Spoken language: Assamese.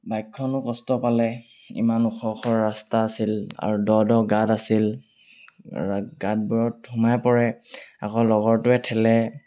বাইকখনেও কষ্ট পালে ইমান ওখ ওখ ৰাস্তা আছিল আৰু দ দ গাঁত আছিল গাঁতবোৰত সোমাই পৰে আকৌ লগৰটোৱে ঠেলে